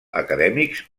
acadèmics